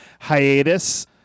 hiatus